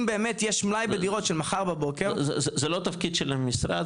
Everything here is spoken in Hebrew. אם באמת יש מלאי בדירות של מחר בבוקר --- זה לא תפקיד של המשרד,